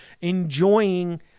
enjoying